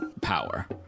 power